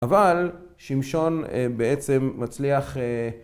אבל שמשון בעצם מצליח